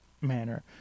manner